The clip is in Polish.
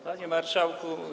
Panie Marszałku!